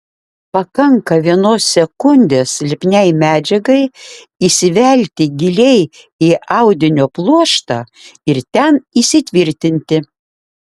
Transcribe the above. pakanka vienos sekundės lipniai medžiagai įsivelti giliai į audinio pluoštą ir ten įsitvirtinti